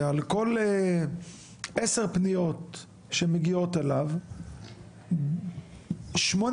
ועל כל עשר פניות שמגיעות אליו שמונה